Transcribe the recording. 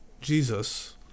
jesus